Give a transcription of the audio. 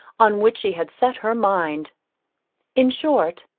on which she had set her mind in short,